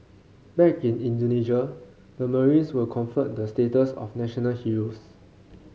back in Indonesia the marines were conferred the status of national heroes